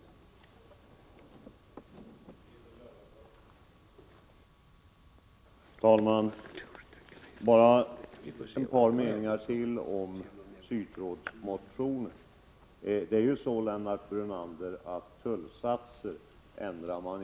11 december 1984